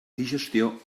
digestió